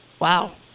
wow